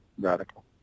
radical